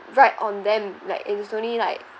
right on them like it is only like